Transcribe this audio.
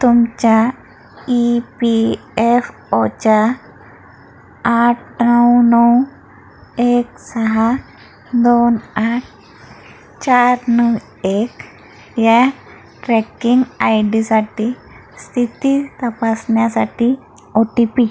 तुमच्या E P F ओच्या आठ नऊ नऊ एक सहा दोन आठ चार नऊ एक या ट्रॅकिंग आय डीसाठी स्थिती तपासण्यासाठी ओ टी पी